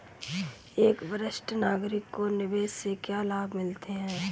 एक वरिष्ठ नागरिक को निवेश से क्या लाभ मिलते हैं?